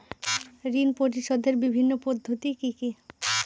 ঋণ পরিশোধের বিভিন্ন পদ্ধতি কি কি?